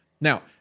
Now